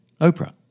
Oprah